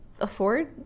afford